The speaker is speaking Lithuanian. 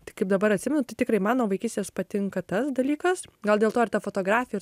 tik kaip dabar atsimenu tai tikrai man nuo vaikystės patinka tas dalykas gal dėl to ir ta fotografija ir